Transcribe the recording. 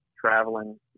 traveling